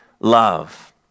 love